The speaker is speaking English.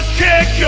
kick